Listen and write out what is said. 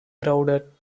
crowded